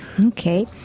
Okay